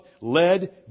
led